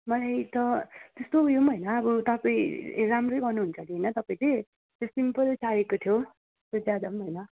मलाई त त्यस्तो उयो पनि होइन अब तपाईँ राम्रै गर्नुहुन्छ हरे होइन तपाईँले सिम्पल चाहिएको थियो त्यस्तो ज्यादा पनि होइन